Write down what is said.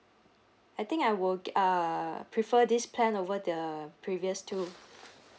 I think I will get uh prefer this plan over the previous two